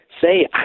say